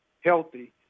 healthy